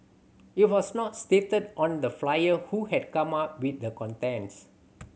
it was not stated on the flyer who had come up with the contents